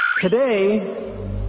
Today